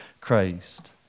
Christ